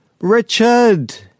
Richard